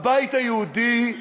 הבית היהודי,